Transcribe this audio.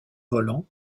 volant